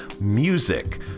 Music